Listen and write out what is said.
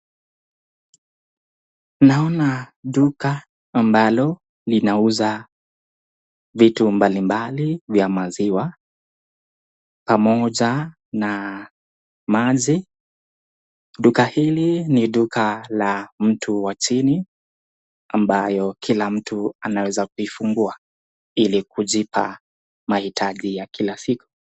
Naona duka ambalo linauza vitu mbalimbali vitu vya maziwa pamoja na maji. Duka hili ni duka la mtu wa chini ambayo kila mtu anaweza kuifungua ili kujipa mahitaji ya kila siku.